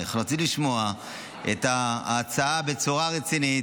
אנחנו רוצים לשמוע את ההצעה בצורה רצינית.